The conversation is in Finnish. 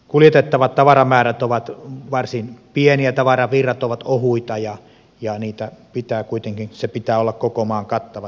kuljetettavat tavaramäärät ovat varsin pieniä tavaravirrat ovat ohuita ja tämän meidän huoltojärjestelmämme pitää olla koko maan kattava